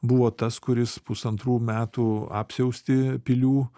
buvo tas kuris pusantrų metų apsiaustį pilių